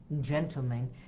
gentlemen